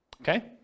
Okay